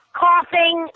coughing